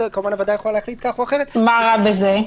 הוועדה יכולה להחליט כך או אחרת --- מה רע בזה?